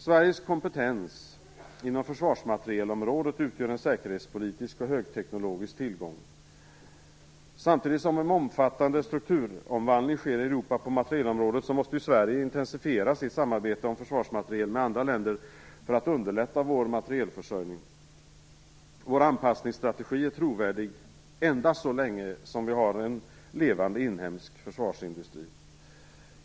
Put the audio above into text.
Sveriges kompetens inom försvarsmaterielområdet utgör en säkerhetspolitisk och högteknologisk tillgång. Samtidigt som en omfattande strukturomvandling sker i Europa på materielområdet måste Sverige intensifiera sitt samarbete om försvarsmateriel med andra länder för att underlätta vår materielförsörjning. Vår anpassningsstrategi är trovärdig endast så länge som vi har en levande inhemsk försvarsindustri.